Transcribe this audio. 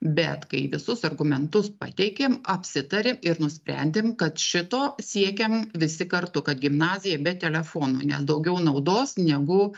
bet kai visus argumentus pateikėm apsitarė ir nusprendėm kad šito siekiam visi kartu kad gimnazija be telefonų nes daugiau naudos negu